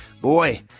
Boy